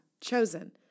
chosen